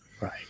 right